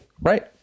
Right